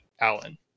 Alan